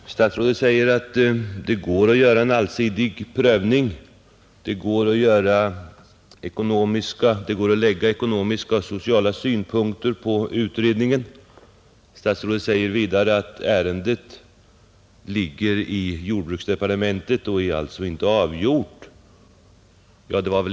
Fru talman! Statsrådet Lidbom sade att det går att göra en allsidig prövning och lägga ekonomiska och sociala synpunkter på utredningen. Han sade också att ärendet ligger i jordbruksdepartementet och alltså inte är avgjort.